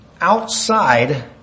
outside